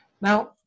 Now